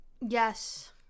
Yes